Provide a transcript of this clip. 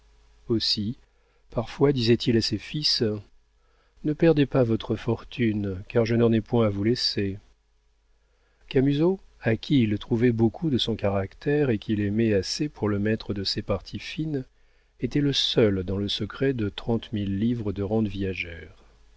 aussi parfois disait-il à ses fils ne perdez pas votre fortune car je n'en ai point à vous laisser camusot à qui il trouvait beaucoup de son caractère et qu'il aimait assez pour le mettre de ses parties fines était le seul dans le secret des trente mille livres de rentes viagères